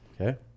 Okay